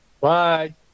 Bye